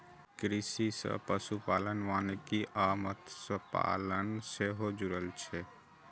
कृषि सं पशुपालन, वानिकी आ मत्स्यपालन सेहो जुड़ल छै